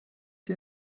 die